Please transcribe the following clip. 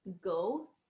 Go